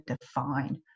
define